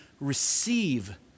receive